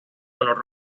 color